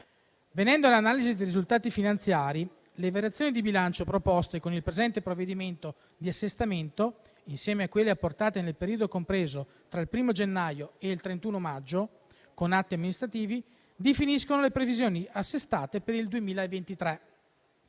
Venendo all'analisi dei risultati finanziari, le variazioni di bilancio proposte con il presente provvedimento di assestamento, insieme a quelle apportate nel periodo compreso tra il primo gennaio e il 31 maggio con atti amministrativi, definiscono le previsioni assestate per il 2023.